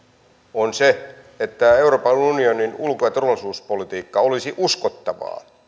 on se että euroopan unionin ulko ja turvallisuuspolitiikka olisi uskottavaa